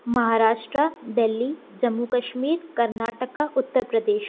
Maharashtra Delhi Jammu Kashmir Karnataka Uttar Pradesh